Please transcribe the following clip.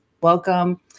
welcome